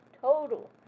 total